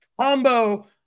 combo